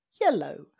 yellow